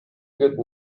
good